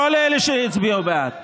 לא לאלה שהצביעו בעד.